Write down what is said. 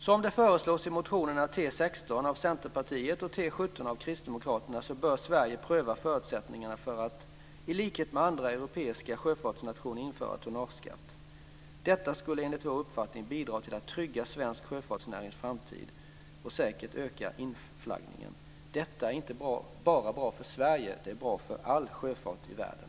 Som det föreslås i motionerna T16 av Centerpartiet och T17 av Kristdemokraterna bör Sverige pröva förutsättningarna för att i likhet med andra europeiska sjöfartsnationer införa tonnageskatt. Detta skulle, enligt vår uppfattning, bidra till att trygga svensk sjöfartsnärings framtid och säkert öka inflaggningen. Detta är bra inte bara för Sverige, det är bra för all sjöfart i världen.